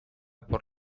por